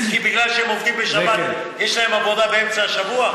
כי בגלל שהם עובדים בשבת יש להם עבודה באמצע השבוע?